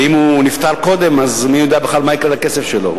ואם הוא נפטר קודם אז מי יודע בכלל מה יקרה לכסף שלו.